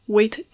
Wait